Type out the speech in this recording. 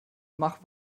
mach